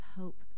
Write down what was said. hope